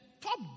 top